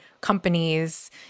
companies